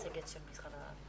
שצריך לציין בסיפור הזה,